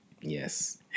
yes